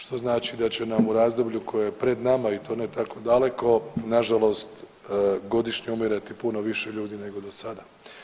Što znači da će nam u razdoblju koje je pred nama i to ne tako daleko nažalost godišnje umirati puno više ljudi nego do sada.